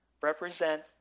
represent